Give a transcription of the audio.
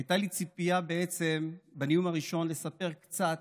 הייתה לי ציפייה בעצם, בנאום הראשון, לספר קצת